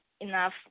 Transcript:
enough